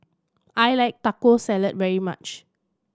I like Taco Salad very much